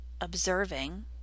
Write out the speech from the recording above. observing